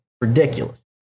Ridiculous